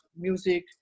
music